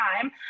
time